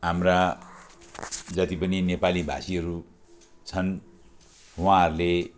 हाम्रा जति पनि नेपालीभाषीहरू छन् उहाँहरूले